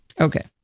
Okay